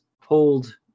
Hold